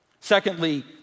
Secondly